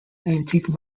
antique